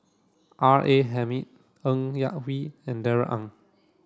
R A Hamid Ng Yak Whee and Darrell Ang